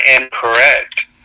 incorrect